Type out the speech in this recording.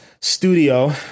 studio